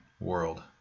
world